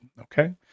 Okay